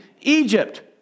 Egypt